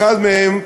אחת מהן,